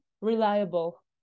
reliable